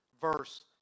verse